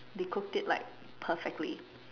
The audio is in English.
they cooked it like perfectly